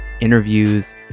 interviews